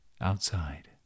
Outside